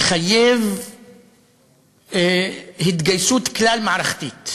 שמחייב התגייסות כלל-מערכתית